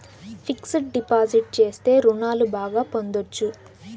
fixed deposit చేస్తే రుణాలు బాగా పొందొచ్చు